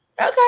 Okay